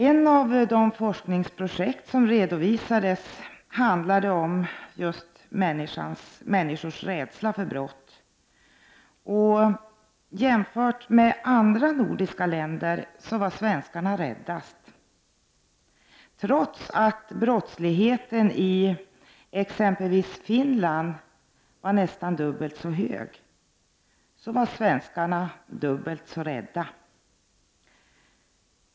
Ett av de forskningsprojekt som redovisades handlade om människors rädsla för brott. Jämfört med de andra nordiska länderna har det visat sig att svenskarna är räddast. Trots att brottsligheten i exempelvis Finland är nästan dubbelt så stor som i Sverige är svenskarna dubbelt så rädda.